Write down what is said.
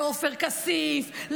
לעופר כסיף,